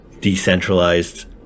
decentralized